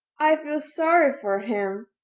i feel sorry for him!